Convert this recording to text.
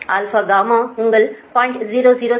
Y உங்கள் 0